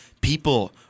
People